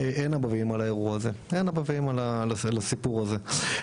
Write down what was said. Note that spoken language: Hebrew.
אין אבא ואמא לאירוע הזה ,אין אבא ואמא לסיפור הזה,